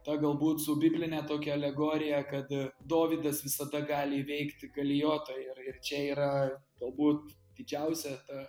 ta galbūt su bibline tokia alegorija kad dovydas visada gali įveikti galijotą ir ir čia yra galbūt didžiausia ta